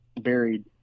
buried